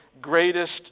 greatest